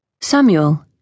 Samuel